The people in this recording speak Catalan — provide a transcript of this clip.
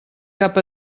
cap